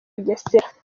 bugesera